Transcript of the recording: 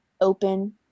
Open